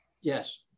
Yes